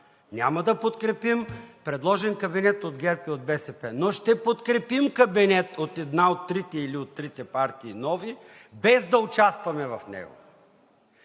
„Няма да подкрепим предложен кабинет от ГЕРБ и от БСП, но ще подкрепим кабинет от една от трите или от трите нови партии, без да участваме в него.“